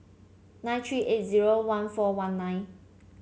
nine three eight zero one four one nine